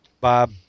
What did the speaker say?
Bob